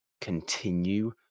continue